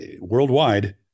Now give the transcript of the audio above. worldwide